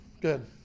good